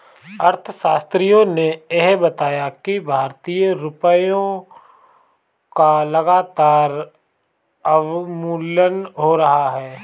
अर्थशास्त्रियों ने यह बताया कि भारतीय रुपयों का लगातार अवमूल्यन हो रहा है